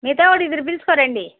మీతో కూడా ఇద్దరు పిలుచుకురండి